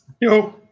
Yo